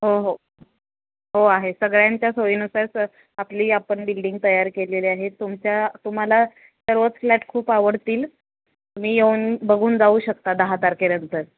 हो हो हो आहे सगळ्यांच्या सोयीनुसार स आपली आपण बिल्डिंग तयार केलेली आहे तुमच्या तुम्हाला सर्वच फ्लॅट खूप आवडतील तुम्ही येऊन बघून जाऊ शकता दहा तारखेनंतर